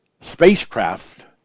spacecraft